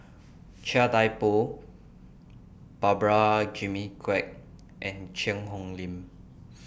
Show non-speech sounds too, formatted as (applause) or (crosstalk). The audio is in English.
(noise) Chia Thye Poh Prabhakara Jimmy Quek and Cheang Hong Lim (noise)